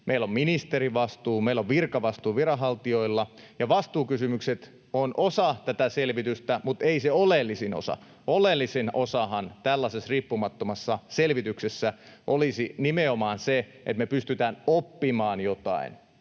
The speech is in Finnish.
meillä on ministerivastuu, meillä on virkavastuu viranhaltijoilla, ja vastuukysymykset ovat osa tätä selvitystä mutta ei se oleellisin osa. Oleellisin osahan tällaisessa riippumattomassa selvityksessä olisi nimenomaan se, että me pystytään oppimaan jotain